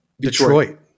Detroit